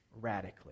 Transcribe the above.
radically